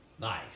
Nice